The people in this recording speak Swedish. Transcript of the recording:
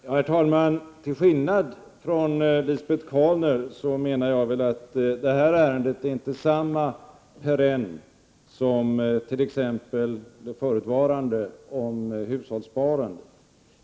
Herr talman! Till skillnad från Lisbet Calner menar jag att det här ärendet inte är samma perenn som t.ex. det föregående om hushållssparandet.